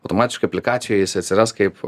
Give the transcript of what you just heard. automatiškai aplikacijoj jis atsiras kaip